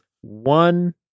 one